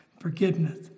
forgiveness